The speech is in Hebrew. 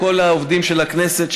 לכל העובדים של הכנסת,